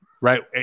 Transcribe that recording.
right